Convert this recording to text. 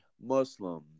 Muslim